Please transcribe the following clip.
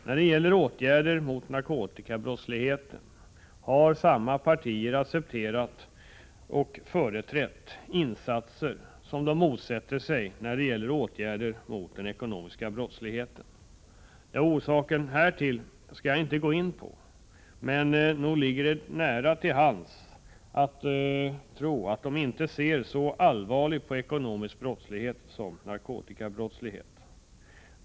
När det gäller åtgärder mot narkotikabrottsligheten har samma partier accepterat och företrätt insatser som de motsätter sig när det gäller åtgärder mot den ekonomiska brottsligheten. Orsaken härtill skall jag inte gå in på, men nog ligger det nära till hands att tro att de inte ser så allvarligt på ekonomisk brottslighet som på narkotikabrottslighet.